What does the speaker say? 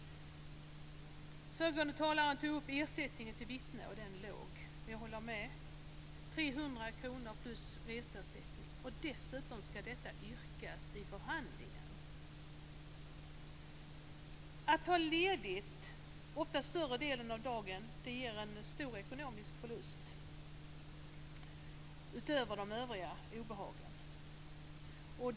Föregående talare tog upp att ersättningen till vittnen är låg. Jag håller med om det. Den är 300 kr plus reseersättning. Dessutom skall detta yrkas i förhandlingen. Att ta ledigt ofta större delen av dagen ger en stor ekonomisk förlust utöver de övriga obehagen.